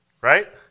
right